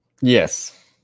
yes